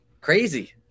crazy